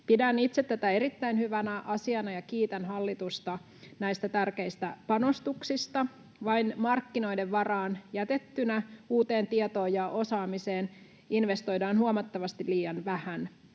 Pidän itse tätä erittäin hyvänä asiana ja kiitän hallitusta näistä tärkeistä panostuksista. Vain markkinoiden varaan jätettynä uuteen tietoon ja osaamiseen investoidaan huomattavasti liian vähän.